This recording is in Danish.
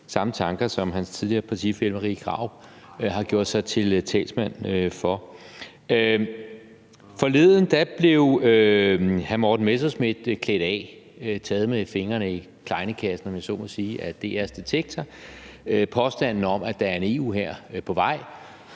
samme tanker, som hans tidligere partifælle Marie Krarup har gjort sig til talsmand for. Forleden blev hr. Morten Messerschmidt klædt af, taget med fingrene i klejnekassen, om jeg så må sige, af DR's Detektor. Påstanden om, at der er en EU-hær på vej,